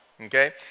okay